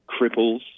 cripples